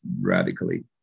radically